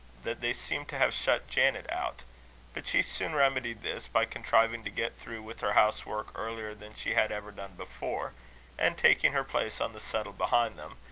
that they seemed to have shut janet out but she soon remedied this, by contriving to get through with her house work earlier than she had ever done before and, taking her place on the settle behind them,